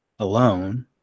alone